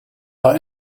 our